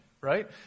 right